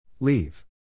Leave